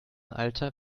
alter